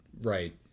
Right